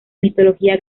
mitología